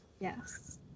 yes